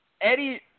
Eddie